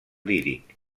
líric